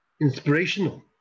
inspirational